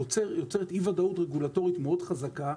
יוצר אי ודאות רגולטורית מאוד חזקה,